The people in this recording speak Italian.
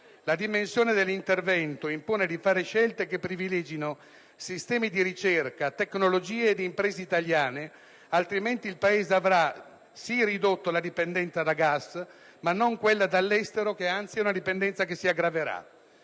La dimensione dell'intervento impone di fare scelte che privilegino sistemi di ricerca, tecnologie ed imprese italiane, altrimenti il Paese avrà ridotto sì la dipendenza da gas, ma non quella dall'estero, che anzi si aggraverà.